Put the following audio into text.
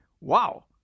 wow